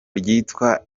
ryitwa